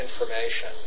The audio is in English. information